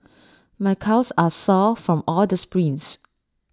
my calves are sore from all the sprints